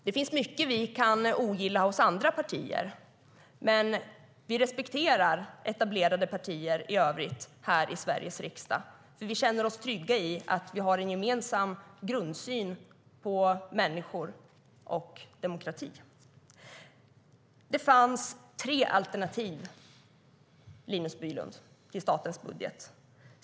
Det finns mycket vi kan ogilla hos andra partier, men vi respekterar etablerade partier i övrigt i Sveriges riksdag eftersom vi känner oss trygga i att vi och de har en gemensam grundsyn på människor och demokrati. Det fanns tre alternativ till statens budget, Linus Bylund.